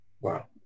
Wow